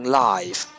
life